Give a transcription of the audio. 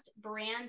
brand